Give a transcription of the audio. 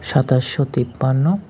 সাতাশশো তিপান্ন